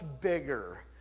bigger